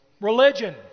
religion